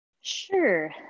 Sure